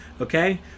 okay